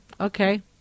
Okay